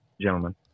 gentlemen